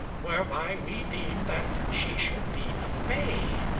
whereby we deemed that she should be a fay,